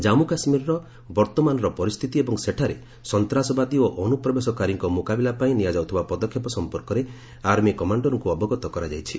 ଜାମ୍ଗୁ କାଶ୍ମୀରର ବର୍ତ୍ତମାନର ପରିସ୍ଥିତି ଏବଂ ସନ୍ତ୍ରାସବାଦୀ ଓ ଅନୁପ୍ରବେଶକାରୀଙ୍କ ମୁକାବିଲା ପାଇଁ ନିଆଯାଉଥିବା ପଦକ୍ଷେପ ସଂପର୍କରେ ଆର୍ମି କମାଣ୍ଡରଙ୍କୁ ଅବଗତ କରାଯାଇଛି